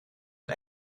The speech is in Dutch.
een